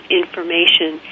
information